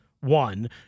one